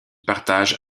partage